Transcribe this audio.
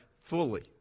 fully